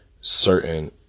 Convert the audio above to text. certain